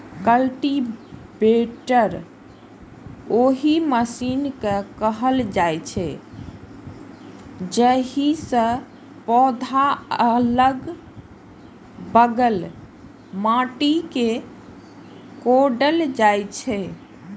cultivator ओहि machine कें कहल जाइ छै, जाहि सं पौधाक अलग बगल माटि कें कोड़ल जाइ छै